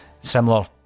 Similar